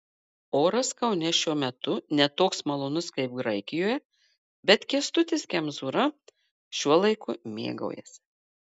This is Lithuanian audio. oras kaune šiuo metu ne toks malonus kaip graikijoje bet kęstutis kemzūra šiuo laiku mėgaujasi